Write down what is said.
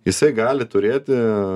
jisai gali turėti